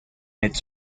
its